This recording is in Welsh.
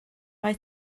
mae